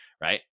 right